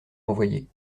envoyé